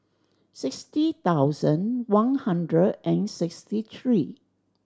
sixty thousand one hundred and sixty three